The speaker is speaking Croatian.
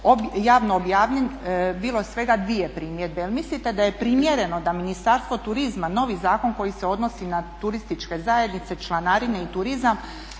javno objavljen bilo svega dvije primjedbe. Jel mislite da je primjereno da Ministarstvo turizma novi zakon koji se odnosi na turističke zajednice, članarine i turizam